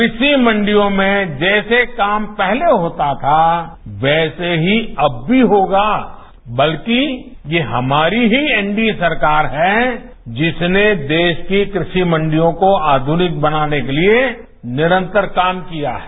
क्रषि मंडियों में जैसे काम पहले होता था वैसे ही अब भी होगा बल्कि ये हमारी ही एनडीए सरकार है जिसने देश की क्रवि मंडियों को आधुनिक बनाने के लिए निरंतर काम किया है